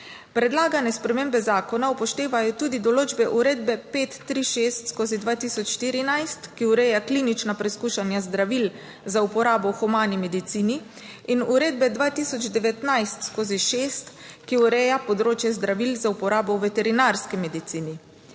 Predlagane spremembe zakona upoštevajo tudi določbe uredbe 536/2014, ki ureja klinična preizkušanja zdravil za uporabo v humani medicini in uredbe 2019/6, ki ureja področje zdravil za uporabo v veterinarski medicini.